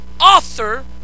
author